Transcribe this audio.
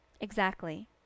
Exactly